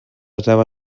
seva